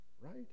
right